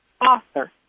author